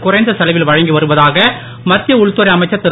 குறைந்த செலவில் வழங்கி வருவதாக மத்திய உள்துறை அமைச்சர் திரு